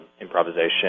improvisation